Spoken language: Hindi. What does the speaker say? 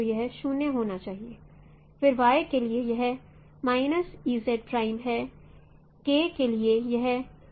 तो यह 0 होना चाहिए फिर y के लिए यह है k के लिए यह है